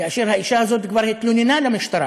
כאשר האישה הזאת כבר התלוננה למשטרה